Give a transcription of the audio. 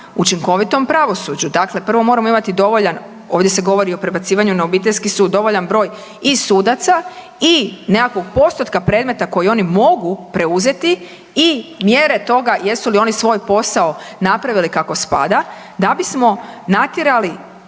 učinkovitom pravosuđu. Dakle, prvo moramo imati dovoljan, ovdje se govori o prebacivanju na obiteljski sud, dovoljan broj i sudaca i nekakvog postotka predmeta koji oni mogu preuzeti i mjere toga jesu li oni svoj posao napravili kako spada da bismo natjerali